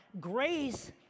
Grace